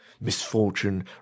Misfortune